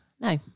No